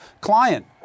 client